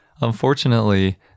Unfortunately